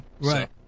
Right